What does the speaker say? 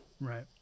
Right